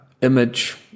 image